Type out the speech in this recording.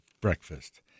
breakfast